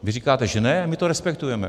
Vy říkáte, že ne, my to respektujeme.